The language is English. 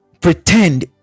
pretend